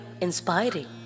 inspiring